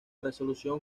resolución